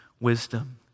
wisdom